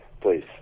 please